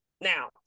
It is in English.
now